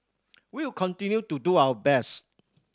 we will continue to do our best